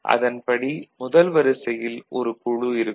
அதன்படி முதல் வரிசையில் ஒரு குழு இருக்கும்